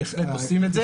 בהחלט עושים את זה.